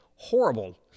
horrible